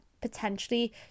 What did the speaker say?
potentially